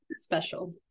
special